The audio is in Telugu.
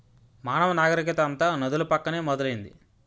మానవ నాగరికత అంతా నదుల పక్కనే మొదలైంది